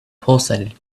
pulsated